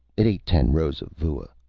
it ate ten rows of vua.